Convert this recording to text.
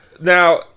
Now